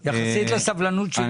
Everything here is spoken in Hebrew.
התקשר אלי מציע החוק, חבר הכנסת דודי